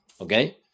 Okay